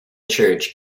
church